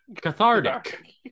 Cathartic